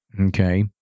okay